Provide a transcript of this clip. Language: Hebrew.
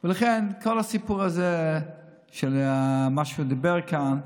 לכן כל הסיפור הזה של מה שהוא דיבר כאן,